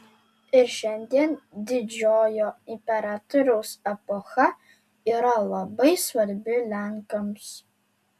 ir šiandien didžiojo imperatoriaus epocha yra labai svarbi lenkams